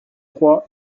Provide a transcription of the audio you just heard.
trois